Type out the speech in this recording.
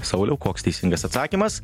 sauliau koks teisingas atsakymas